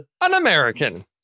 An-American